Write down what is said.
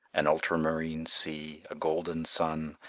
an ultramarine sea, a golden sun,